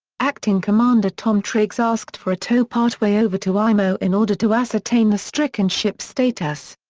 acting commander tom triggs asked for a tow part-way over to imo in order to ascertain the stricken ship's status.